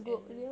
and